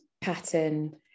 pattern